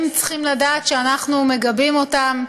הם צריכים לדעת שאנחנו מגבים אותם,